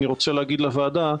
אני רוצה להגיד לוועדה,